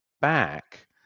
back